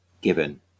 given